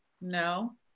no